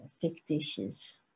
fictitious